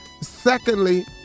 Secondly